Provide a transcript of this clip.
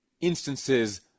instances